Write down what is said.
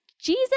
Jesus